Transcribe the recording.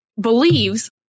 believes